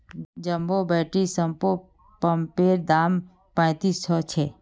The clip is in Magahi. जंबो बैटरी स्प्रे पंपैर दाम पैंतीस सौ छे